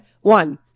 one